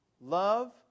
Love